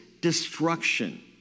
destruction